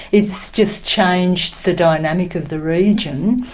it's just changed the dynamic of the region.